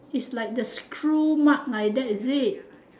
is like the screw mark like that is it